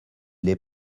les